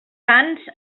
sants